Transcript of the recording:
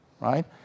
right